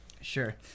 Sure